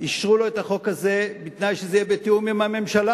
אישרו לו את החוק בתנאי שזה יהיה בתיאום עם הממשלה.